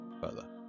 further